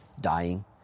dying